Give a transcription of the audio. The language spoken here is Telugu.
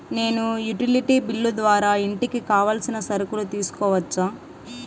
నేను యుటిలిటీ బిల్లు ద్వారా ఇంటికి కావాల్సిన సరుకులు తీసుకోవచ్చా?